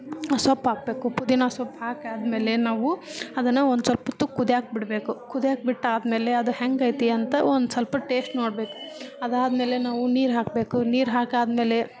ಸೊಪ್ಪು ಹಾಕಬೇಕು ಪುದೀನಾ ಸೊಪ್ಪು ಹಾಕಿದ್ಮೇಲೆ ನಾವು ಅದನ್ನು ಒಂದು ಸ್ವಲ್ಪೊತ್ತು ಕುದಿಯೋಕೆ ಬಿಡಬೇಕು ಕುದಿಯೋಕೆ ಬಿಟ್ಟಾದ್ಮೇಲೆ ಅದು ಹೆಂಗೈತಿ ಅಂತ ಒಂದ್ಸ್ವಲ್ಪ ಟೇಸ್ಟ್ ನೋಡ್ಬೇಕು ಅದಾದ್ಮೇಲೆ ನಾವು ನೀರು ಹಾಕಬೇಕು ನೀರು ಹಾಕಾದ್ಮೇಲೆ